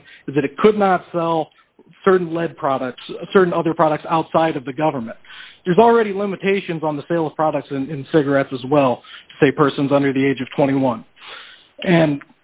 on that it could not sell certain lead products certain other products outside of the government there's already limitations on the sale of products and cigarettes as well say persons under the age of twenty one and